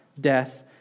death